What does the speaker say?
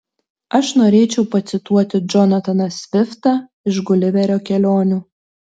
aš norėčiau pacituoti džonataną sviftą iš guliverio kelionių